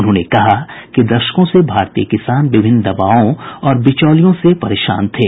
उन्होंने कहा कि दशकों से भारतीय किसान विभिन्न दबावों और बिचौलियों से परेशान थे